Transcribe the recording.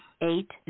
eight